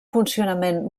funcionament